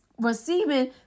receiving